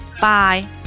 Bye